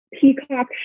Peacock